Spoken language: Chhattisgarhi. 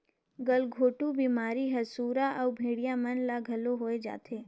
गलघोंटू बेमारी हर सुरा अउ भेड़िया मन ल घलो होय जाथे